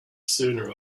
sooner